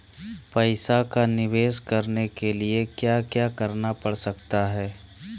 पैसा का निवेस करने के लिए क्या क्या करना पड़ सकता है?